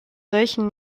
solchen